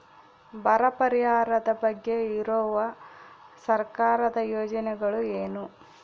ಬರ ಪರಿಹಾರದ ಬಗ್ಗೆ ಇರುವ ಸರ್ಕಾರದ ಯೋಜನೆಗಳು ಏನು?